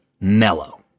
mellow